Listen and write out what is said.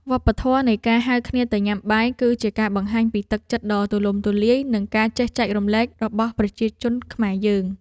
វប្បធម៌នៃការហៅគ្នាទៅញ៉ាំបាយ គឺជាការបង្ហាញពីទឹកចិត្តដ៏ទូលំទូលាយ និងការចេះចែករំលែករបស់ប្រជាជនខ្មែរយើង។